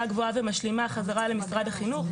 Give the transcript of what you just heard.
גבוהה ומשלימה חזרה למשרד החינוך.